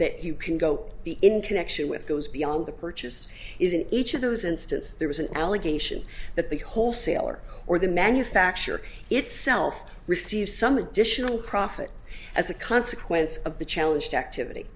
that you can go in connection with goes beyond the purchase is in each of those instances there was an allegation that the wholesaler or the manufacturer itself received some additional profit as a consequence of the challenged activity